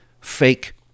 fake